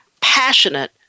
passionate